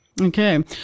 okay